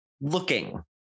looking